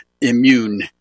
immune